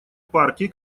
партии